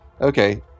Okay